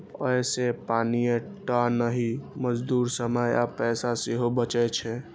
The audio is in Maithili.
अय से पानिये टा नहि, मजदूरी, समय आ पैसा सेहो बचै छै